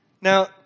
Now